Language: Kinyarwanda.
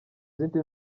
zindi